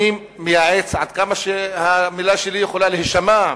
אני מייעץ, עד כמה שהמלה שלי יכולה להישמע,